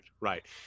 right